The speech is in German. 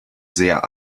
sehr